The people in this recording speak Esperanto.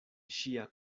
ŝia